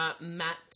Matt